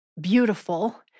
beautiful